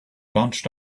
bunched